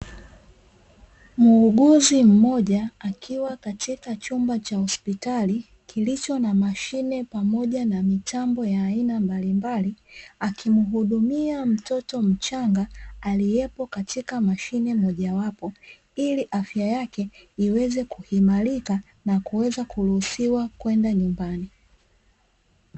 Muuguzi mmoja akiwa katika chumba cha hospitali kilicho na mashine pamoja na mitambo ya aina mbalimbali akimuhudumia mtoto mchanga, aliyepo katika mashine moja wapo ili afya yake iweze kuimarika na kuweza kuruhusiwa na kwenda nyumbani.